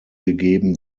gegeben